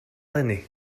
eleni